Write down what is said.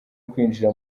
kwinjira